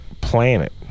planet